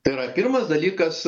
tai yra pirmas dalykas